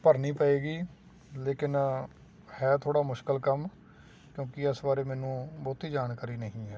ਭਰਨੀ ਪਏਗੀ ਲੇਕਿਨ ਹੈ ਥੋੜ੍ਹਾ ਮੁਸ਼ਕਿਲ ਕੰਮ ਕਿਉਂਕੀ ਇਸ ਬਾਰੇ ਮੈਨੂੰ ਬਹੁਤੀ ਜਾਣਕਾਰੀ ਨਹੀਂ ਹੈ